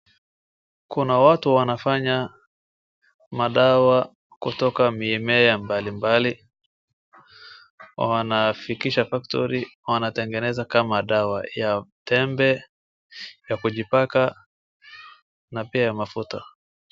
Kuna watu wanafanya madawa kutoka mimea ya mbalimbali. Wanafikisha factory wanatengeneza kama dawa ya tembe, ya kujipaka na pia ya mafuta.